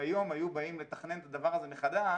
היום היו באים לתכנן את הדבר הזה מחדש,